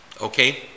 Okay